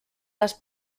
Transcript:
les